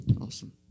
Awesome